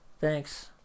Thanks